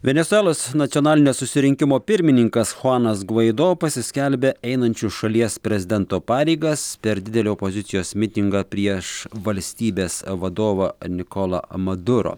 venesuelos nacionalinio susirinkimo pirmininkas chuanas gvaido pasiskelbė einančiu šalies prezidento pareigas per didelį opozicijos mitingą prieš valstybės vadovą nikolą maduro